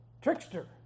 Trickster